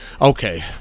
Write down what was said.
Okay